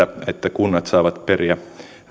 kunnat saavat periä